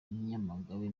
nyamagabe